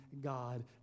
God